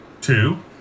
Two